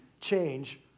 change